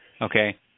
okay